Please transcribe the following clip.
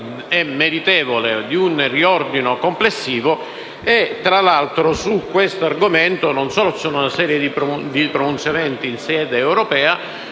è meritevole di un riordino complessivo. Tra l’altro, su questo argomento c’è una serie di pronunciamenti in sede europea